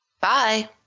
Bye